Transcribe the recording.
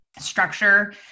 structure